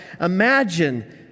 Imagine